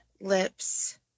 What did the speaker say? lips